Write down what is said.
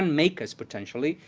make us, potentially,